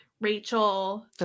Rachel